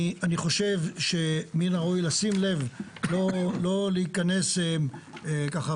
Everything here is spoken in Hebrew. אני חושב שמן הראוי לשים לב לא להיכנס ככה